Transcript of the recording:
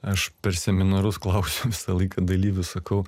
aš per seminarus klausiu visą laiką dalyvių sakau